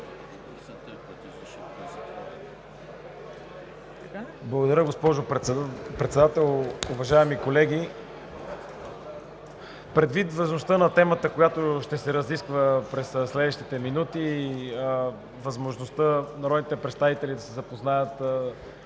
Благодаря, госпожо Председател. Уважаеми колеги, предвид важността на темата, която ще се разисква в следващите минути, и възможността народните представители да се запознаят